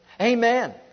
Amen